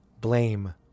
blame